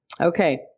Okay